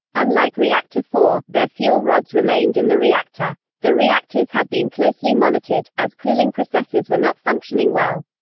unlike reactor four, their fuel rods remained in the reactor. the reactors had been closely monitored, as cooling processes were not functioning well.